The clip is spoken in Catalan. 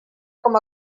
com